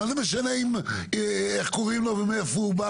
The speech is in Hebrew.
מה זה משנה איך קוראים לו ומאיפה הוא בא?